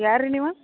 ಯಾರು ರೀ ನೀವು